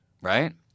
Right